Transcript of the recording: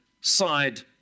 side